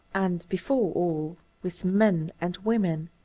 and before all, with men and women.